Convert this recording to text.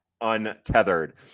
untethered